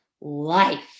life